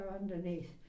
underneath